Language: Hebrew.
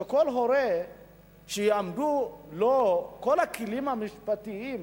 שכל הורה יעמדו בפניו כל הכלים המשפטיים,